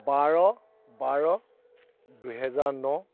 বাৰ বাৰ দুহেজাৰ ন